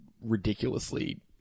ridiculously